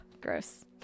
gross